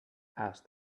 asked